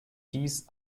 dies